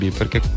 perché